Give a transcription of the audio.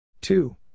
Two